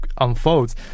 unfolds